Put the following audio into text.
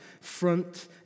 front